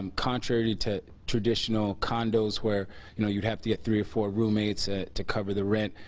contrary to traditional condos where you know you have to get three or four roommates ah to cover the rent.